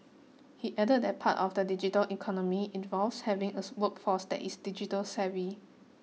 he added that part of the digital economy involves having us workforce that is digitally savvy